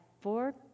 four